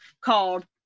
called